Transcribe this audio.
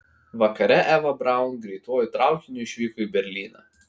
vakare eva braun greituoju traukiniu išvyko į berlyną